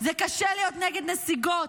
זה קשה להיות נגד נסיגות,